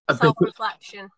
Self-reflection